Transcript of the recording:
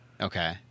Okay